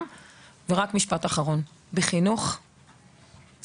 משפט אחרון לסיום, חינוך לוקח